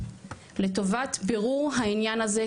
לטובת בירור העניין הזה,